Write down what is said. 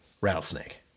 Rattlesnake